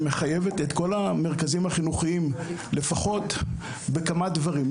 שמחייבת את כל המרכזים החינוכיים לפחות בכמה דברים בסיסיים מאוד.